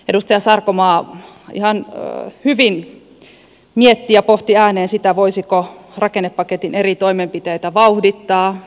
edustaja sarkomaa ihan hyvin mietti ja pohti ääneen sitä voisiko rakennepaketin eri toimenpiteitä vauhdittaa